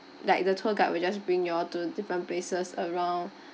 like the tour guide will just bring you all to different places around